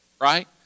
right